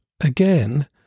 Again